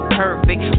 perfect